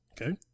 okay